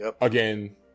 Again